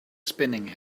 spinning